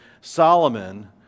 Solomon